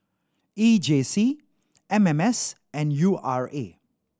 E J C M M S and U R A